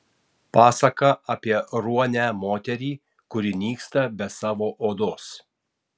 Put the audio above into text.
pasaka apie ruonę moterį kuri nyksta be savo odos